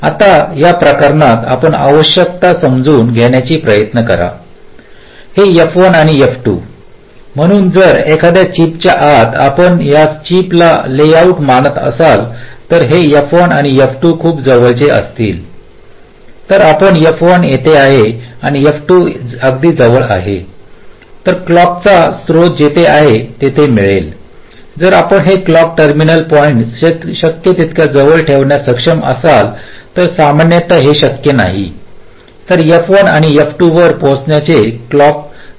आता या प्रकरणात आपण आवश्यकता समजून घेण्याचा प्रयत्न करा हे F1 आणि F2 म्हणून जर एखाद्या चिपच्या आत आपण यास चिपचा लेआउट मानत असाल तर जर हे F1 आणि F2 खूप जवळचे असतील तर आपण F1 येथे आहे आणि F2 अगदी जवळ आहे तर क्लॉकचा स्रोत जिथे आहे तिथे मिळेल जर आपण हे क्लॉक टर्मिनल पॉईंट्स शक्य तितक्या जवळ ठेवण्यास सक्षम असाल तर सामान्यत हे शक्य नाही तर F1 आणि F2 वर पोहोचण्याचे क्लॉक जवळजवळ समान असेल